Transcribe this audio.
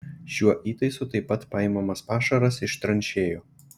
šiuo įtaisu taip pat paimamas pašaras iš tranšėjų